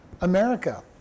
America